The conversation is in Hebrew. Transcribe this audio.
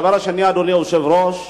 הדבר השני, אדוני היושב-ראש,